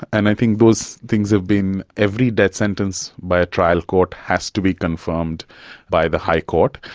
and i think those things have been, every death sentence by a trial court has to be confirmed by the high court.